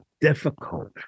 difficult